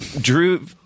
Drew